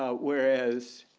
ah whereas,